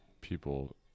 people